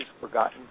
Forgotten